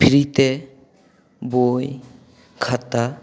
ᱯᱷᱨᱤᱛᱮ ᱵᱳᱭ ᱠᱷᱟᱛᱟ